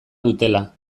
dutela